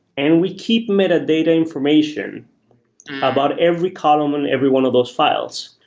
and we keep meta data information about every column in every one of those files.